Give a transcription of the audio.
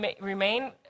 remain